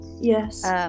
Yes